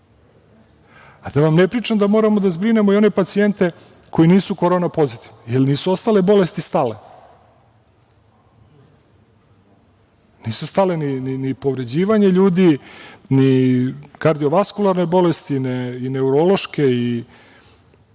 a da vam ne pričamo da moramo da zbrinemo i one pacijente koji nisu korona pozitivni, jer nisu ostale bolesti stale, nije stalo ni povređivanje ljudi, ni kardiovaskularne bolesti, neurološke i